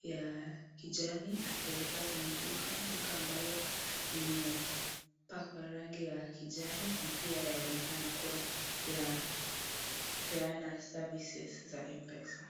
ya kijani akielekea kwenye duka, duka ambalo limepakwa rangi ya kijani na pia yaonekana kuwa yapeana services za M-Pesa.